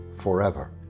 forever